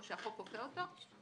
או שהחוק קופא אותו.